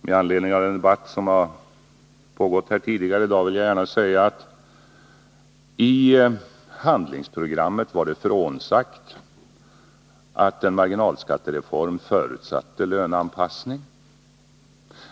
Med anledning av den debatt som har pågått här tidigare i dag vill jag gärna säga att det i handlingsprogrammet uttalades att en marginalskattereform förutsatte löneanpassning.